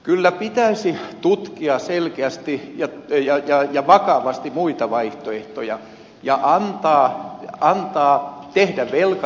kyllä pitäisi tutkia selkeästi ja vakavasti muita vaihtoehtoja ja antaa tehdä velkajärjestely